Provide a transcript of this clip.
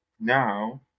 now